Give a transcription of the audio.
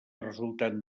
resultant